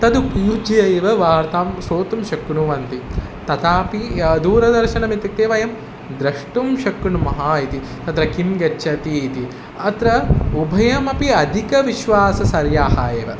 तदुपयुज्य एव वार्तां श्रोतुं शक्नुवन्ति तदापि यत् दूरदर्शनं इत्युक्ते वयं द्रष्टुं शक्नुमः इति तत्र किं गच्छति इति अत्र उभयमपि अधिकविश्वासार्याः एव